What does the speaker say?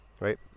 right